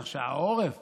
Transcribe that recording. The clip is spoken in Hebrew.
כך שהעודף